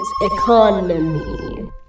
economy